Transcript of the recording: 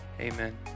Amen